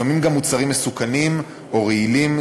לפעמים גם מוצרים מסוכנים או רעילים,